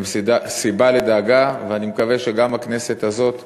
הן סיבה לדאגה, ואני מקווה שגם הכנסת הזאת